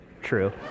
True